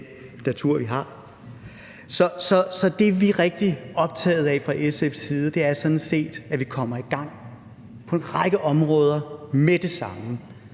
vi er rigtig optaget af fra SF's side, er sådan set, at vi kommer i gang på en række områder med det samme.